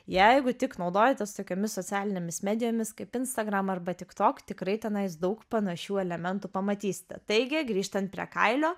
jeigu tik naudojatės tokiomis socialinėmis medijomis kaip instagram arba tik tok tikrai tenais daug panašių elementų pamatysite taigi grįžtant prie kailio